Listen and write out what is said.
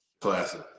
classic